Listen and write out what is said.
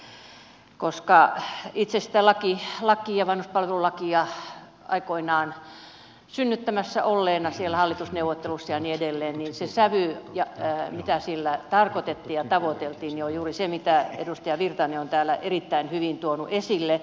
olin itse sitä lakia vanhuspalvelulakia aikoinaan synnyttämässä hallitusneuvotteluissa ja niin edelleen ja se sävy ja se mitä sillä tarkoitettiin ja tavoiteltiin on juuri se mitä edustaja virtanen on täällä erittäin hyvin tuonut esille